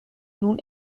nun